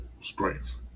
strength